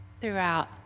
throughout